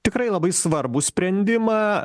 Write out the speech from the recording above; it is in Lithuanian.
tikrai labai svarbų sprendimą